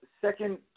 Second